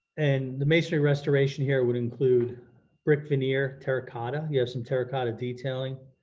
and the masonry restoration here would include brick veneer terracotta, you have some terracotta detailing.